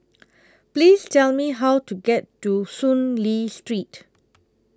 Please Tell Me How to get to Soon Lee Street